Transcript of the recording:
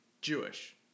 Jewish